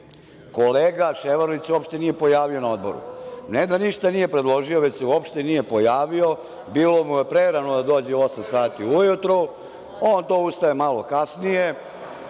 kolega Ševarlić se uopšte nije pojavio na Odboru. Ne da ništa nije predložio, već se uopšte nije pojavio. Bilo mi je prerano da dođe u osam sati ujutru. On to ustaje malo kasnije,